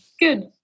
Good